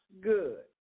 good